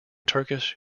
turkish